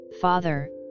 Father